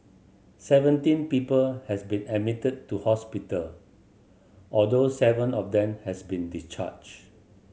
seventeen people has been admitted to hospital although seven of them has been discharged